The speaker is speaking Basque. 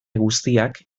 guztiak